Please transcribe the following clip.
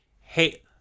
Hey